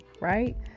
right